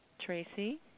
Tracy